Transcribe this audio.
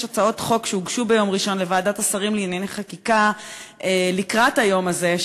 הצעות חוק ביום ראשון לוועדת השרים לענייני חקיקה לקראת היום זה.